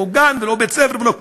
לא גן ולא בית-ספר, לא כלום.